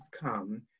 come